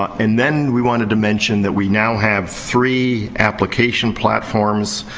and then we want a dimension that we now have three application platforms.